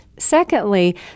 Secondly